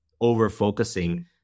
over-focusing